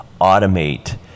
automate